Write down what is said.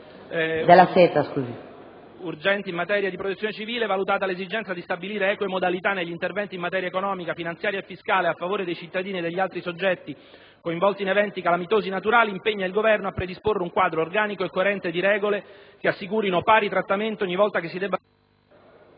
urgenti in materia di protezione civile, valutata l'esigenza di stabilire eque modalità negli interventi in materia economica, finanziaria e fiscale a favore dei cittadini e degli altri soggetti coinvolti in eventi calamitosi naturali, impegna il Governo a predisporre un quadro organico e coerente di regole che assicurino pari trattamento ogni volta che si debbano